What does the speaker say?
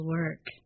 work